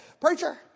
Preacher